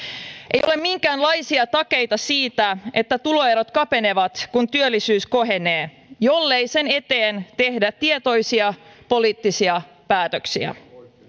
ei ole minkäänlaisia takeita siitä että tuloerot kapenevat kun työllisyys kohenee jollei sen eteen tehdä tietoisia poliittisia päätöksiä